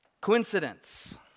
Coincidence